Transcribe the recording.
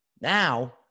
Now